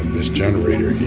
this generator,